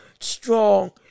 strong